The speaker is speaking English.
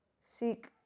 seek